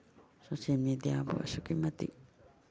social ꯃꯦꯗꯤꯌꯥꯕꯨ ꯑꯁꯨꯛꯀꯤ ꯃꯇꯤꯛ